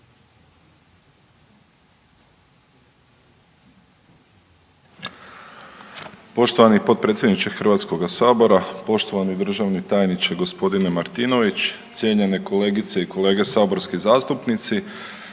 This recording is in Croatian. Poštovani potpredsjedniče HS-a, poštovani državni tajniče g. Martinović, cijenjene kolegice i kolege saborski zastupnici.